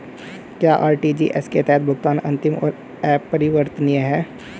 क्या आर.टी.जी.एस के तहत भुगतान अंतिम और अपरिवर्तनीय है?